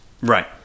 right